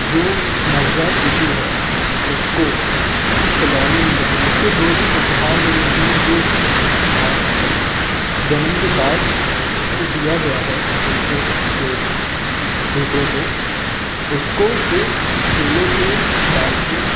जो नवजात शिशु है उसको खिलौने मिले हैं उसको जो भी उपहार मिले हैं जो भी जन्म के बाद उसको दिया गया है दूसरों के दूसरों से उसको एक ठेले पे डाल के